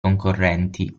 concorrenti